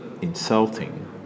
insulting